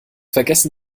vergessen